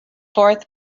fourth